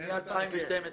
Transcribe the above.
מ-2012.